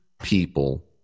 people